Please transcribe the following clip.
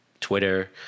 Twitter